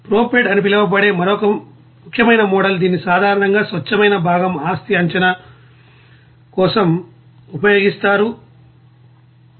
ప్రోప్రెడ్ అని పిలువబడే మరొక ముఖ్యమైన మోడల్ దీనిని సాధారణంగా స్వచ్ఛమైన భాగం ఆస్తి అంచనా కోసం ఉపయోగిస్తారు